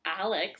Alex